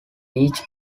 beach